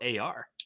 AR